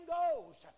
goes